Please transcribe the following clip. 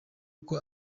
uko